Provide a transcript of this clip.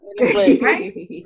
Right